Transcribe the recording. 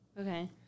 Okay